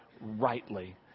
rightly